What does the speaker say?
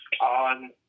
on